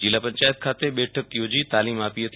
જિલ્લા પંચાયત ખાતે બેઠક યોજી તાલીમ આપી હતી